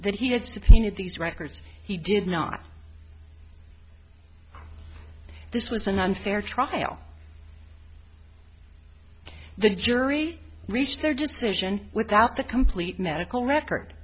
that he had to clean it these records he did not this was an unfair trial the jury reached their decision without the complete medical record